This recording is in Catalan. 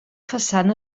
façana